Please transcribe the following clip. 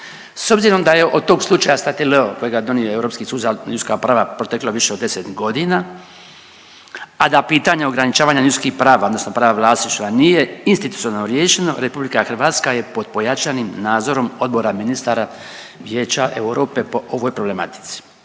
S obzirom da je od tog slučaja Statileo kojega je donio Europski sud za ljudska prava proteklo više od 10.g., a da pitanja ograničavanja ljudskih prava odnosno prava vlasništva nije institucionalno riješeno, RH je pod pojačanim nadzorom Odbora ministara Vijeća Europe po ovoj problematici.